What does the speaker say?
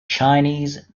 chinese